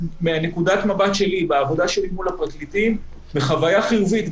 מנקודת המבט שלי והעבודה שלי מול הפרקליטים בחוויה חיובית,